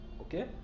Okay